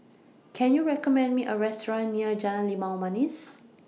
Can YOU recommend Me A Restaurant near Jalan Limau Manis